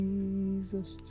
Jesus